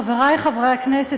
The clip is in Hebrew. חברי חברי הכנסת,